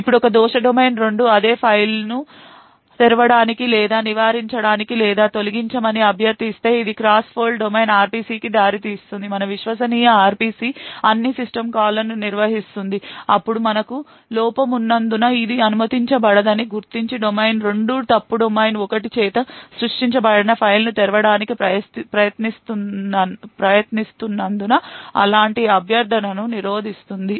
ఇప్పుడు ఒక fault domain 2 అదే ఫైల్ను తెరవడానికి లేదా సవరించడానికి లేదా తొలగించమని అభ్యర్థిస్తే ఇది క్రాస్ Fault domain RPC కి దారి తీస్తుంది మన విశ్వసనీయ RPC అన్ని సిస్టమ్ కాల్లను నిర్వహిస్తుంది అప్పుడు మనకు లోపం ఉన్నందున ఇది అనుమతించబడదని గుర్తించి డొమైన్ 2 ఫాల్ట్ డొమైన్ 1 చేత సృష్టించబడిన ఫైల్ను తెరవడానికి ప్రయత్నిస్తున్నందున అలాంటి అభ్యర్థనను నిరోధిస్తుంది